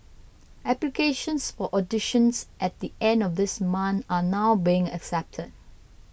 applications for auditions at the end of this month are now being accepted